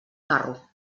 carro